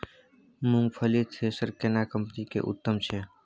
मूंगफली थ्रेसर केना कम्पनी के उत्तम छै?